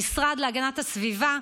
המשרד להגנת הסביבה,